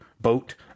boat